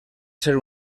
ser